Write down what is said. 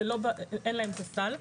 אין להם את הסל.